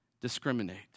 discriminate